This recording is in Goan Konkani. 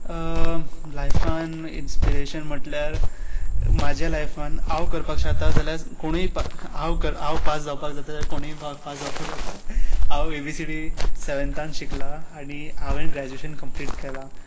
लायफान इन्स्पिरेशन म्हटल्यार म्हाज्या लायफान आंव करपाक शकता जाल्या कोणीय पा हांव कर हांव पास जावपाक जाता जाल्या कोणीय पा पास जावपाक जाता हांव एबीसीडी सॅवँतान शिकला आनी हांवें ग्रॅजुएशन कम्प्लीट केलां